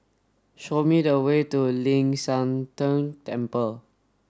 show me the way to Ling San Teng Temple